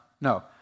no